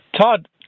Todd